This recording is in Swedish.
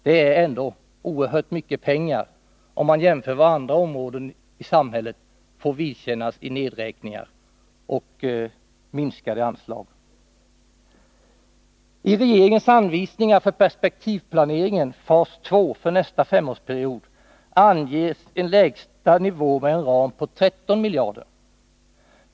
Det är ändå oerhört mycket pengar försvaret får om man jämför med vad andra områden i samhället får vidkännas av nedräkningar och minskade anslag. I regeringens anvisningar för perspektivplaneringen, fas 2, för nästa femårsperiod anges en lägsta nivå med en ram på 13 miljarder.